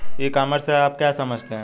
ई commerce से आप क्या समझते हैं?